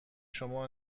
شما